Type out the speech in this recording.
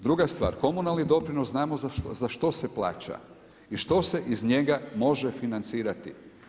Druga stvar, komunalni doprinos znamo za što se plaća i što se iz njega može financirati.